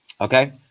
okay